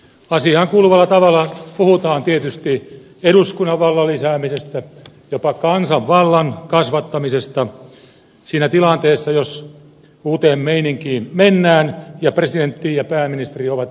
asiaan kuuluvalla tavalla puhutaan tietysti eduskunnan vallan lisäämisestä jopa kansanvallan kasvattamisesta siinä tilanteessa jos uuteen meininkiin mennään ja presidentti ja pääministeri ovat eri mieltä